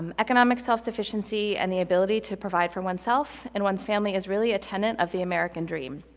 um economic self-sufficiency and the ability to provide for oneself and one's family is really a tenant of the american dream.